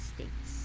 States